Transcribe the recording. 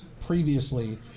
previously